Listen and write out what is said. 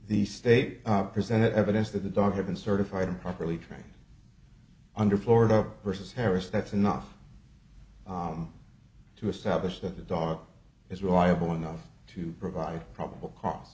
the state are presented evidence that the dog had been certified improperly trained under florida versus harris that's enough to establish that the dog is reliable enough to provide probable cause